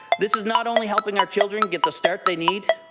this is not only helping our children get the start they need,